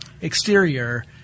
exterior